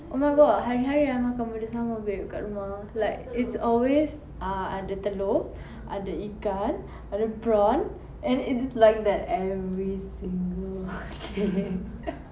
oh my god hari-hari I makan benda sama babe kat rumah like it's always ah ada telur ada ikan ada prawn and it's like that every single